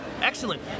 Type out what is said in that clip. Excellent